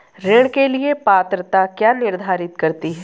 ऋण के लिए पात्रता क्या निर्धारित करती है?